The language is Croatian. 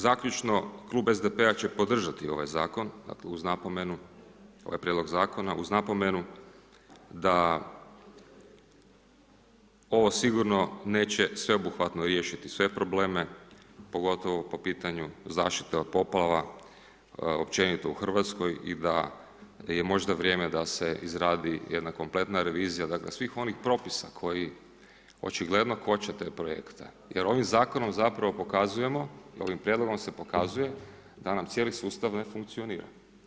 Zaključno, Klub SDP-a će podržati ovaj zakon uz napomenu, ovaj prijedlog zakona, uz napomenu da ovo sigurno neće sveobuhvatno riješiti sve probleme pogotovo po pitanju zaštite od poplava općenito u Hrvatskoj i a je možda vrijeme da se izradi jedna kompletna revizija dakle svih onih propisa koji očigledno koče te projekte jer ovim zakonom zapravo pokazujemo, ovim prijedlog se pokazuje da nam cijeli sustav ne funkcionira.